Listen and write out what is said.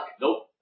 Nope